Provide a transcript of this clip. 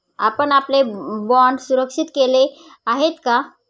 आपण आपले बाँड सुरक्षित केले आहेत का?